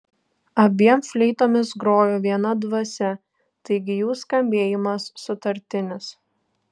abiem fleitomis grojo viena dvasia taigi jų skambėjimas sutartinis